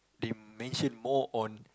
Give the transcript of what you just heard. they mention more on